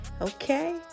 Okay